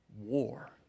war